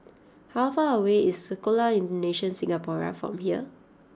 how far away is Sekolah Indonesia Singapura from here